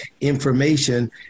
information